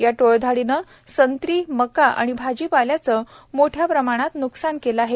या टोळधाडीनं संत्री मका आणि भाजीपाल्याचं मोठ्या प्रमाणात न्कसान केलं आहे